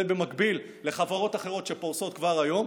זה במקביל לחברות אחרות שפורסות כבר היום.